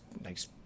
nice